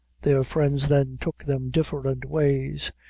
their friends then took them different ways,